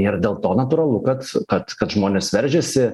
ir dėl to natūralu kad kad kad žmonės veržiasi